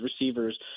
receivers